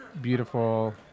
beautiful